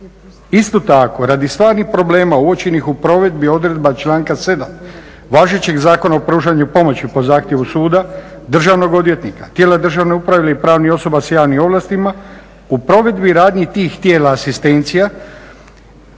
Isto tako radi stvarnih problema uočenih u provedbi odredba članka 7. važećeg Zakona o pružanju pomoći po zahtjevu suda, državnog odvjetnika, tijela državne uprave ili pravnih osoba s javnim ovlastima, u provedbi radnji tih tijela asistencija,